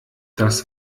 das